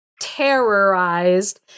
terrorized